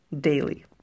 daily